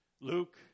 Luke